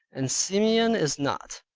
and simeon is not,